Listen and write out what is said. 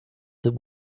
that